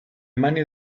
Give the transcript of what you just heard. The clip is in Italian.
mani